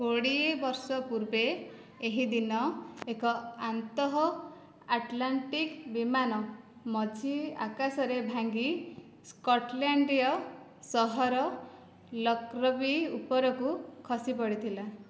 କୋଡ଼ିଏ ବର୍ଷ ପୂର୍ବେ ଏହି ଦିନ ଏକ ଆନ୍ତଃ ଆଟ୍ଲାଣ୍ଟିକ୍ ବିମାନ ମଝି ଆକାଶରେ ଭାଙ୍ଗି ସ୍କଟଲ୍ୟାଣ୍ଡୀୟ ସହର ଲକ୍ରବି ଉପରକୁ ଖସିପଡ଼ିଥିଲା